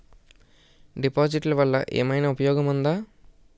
డిపాజిట్లు వల్ల ఏమైనా ఉపయోగం ఉందా?